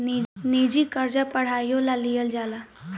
निजी कर्जा पढ़ाईयो ला लिहल जाला